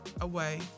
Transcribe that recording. away